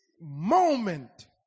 moment